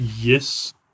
Yes